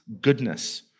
goodness